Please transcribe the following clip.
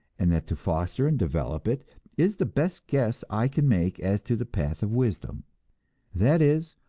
and that to foster and develop it is the best guess i can make as to the path of wisdom that is,